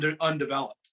undeveloped